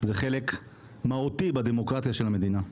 זה חלק מהותי בדמוקרטיה של המדינה.